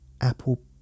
Apple